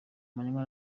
manywa